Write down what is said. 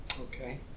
Okay